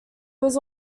was